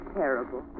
terrible